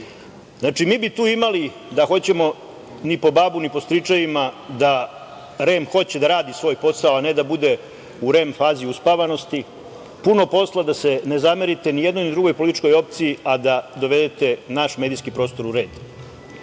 mediji. Znači, mi bi tu imali da hoćemo ni po babu ni po stričevima, da REM hoće da radi svoj posao, a ne da bude u REM fazi uspavanosti, puno posla da se ne zamerite ni jednoj ni drugoj političkoj opciji, a da dovedete naš medijski prostor u